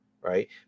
right